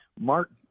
Mark